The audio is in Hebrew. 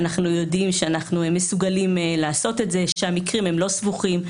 אנחנו יודעים שאנחנו מסוגלים לעשות את זה ושהמקרים הם לא סבוכים.